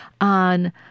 on